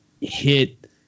hit